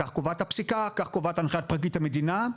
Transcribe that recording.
כך קובעת הפסיקה, כך קובעת הנחיית פרקליט המדינה,